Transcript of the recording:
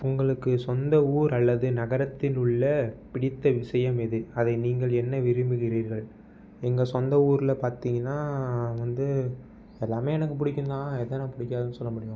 உங்களுக்கு சொந்த ஊர் அல்லது நகரத்திலுள்ள பிடித்த விஷயம் எது அதை நீங்கள் என்ன விரும்புகிறீர்கள் எங்கள் சொந்த ஊரில் பார்த்திங்கன்னா வந்து எல்லாம் எனக்கு பிடிக்கும் தான் எது எனக்கு பிடிக்காதுன்னு சொல்ல முடியும்